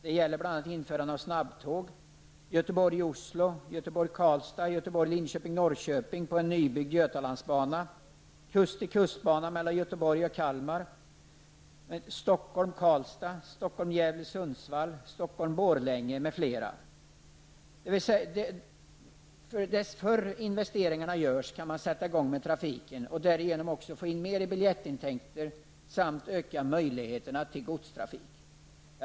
Det gäller bl.a. införande av snabbtåg: Göteborg--Oslo, Göteborg--Karlstad, Borlänge, m.fl. Ju förr investeringarna görs, desto förr kan man sätta i gång med trafiken och därigenom också få in mer i biljettintäkter samt öka möjligheterna till godstrafik.